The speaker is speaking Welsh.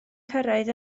cyrraedd